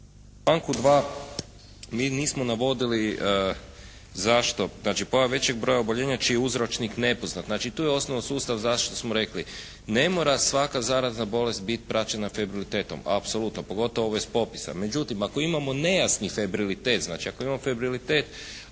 članku 2. mi nismo navodili zašto, znači pojam većeg broja oboljenja čiji je uzročnik nepoznat. Znači, tu je osnovan zaštite što smo rekli. Ne mora svaka zarazna bolest biti praćena febrilitetom, apsolutno, pogotovo ove s popisa. Međutim, ako imamo nejasni febrilitet, znači ako imamo febrilitet